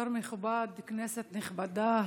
יו"ר מכובד, כנסת נכבדה,